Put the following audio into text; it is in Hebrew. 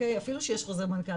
אפילו שיש חוזר מנכ"ל,